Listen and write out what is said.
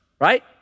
right